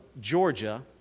Georgia